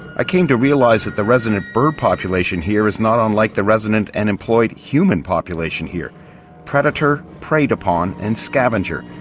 i came to realise that the resident bird population here is not unlike the resident and employed human population here predator, preyed upon, and scavenger.